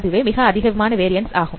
அதுவே மிக அதிகமான வேரியன்ஸ் ஆகும்